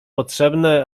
potrzebne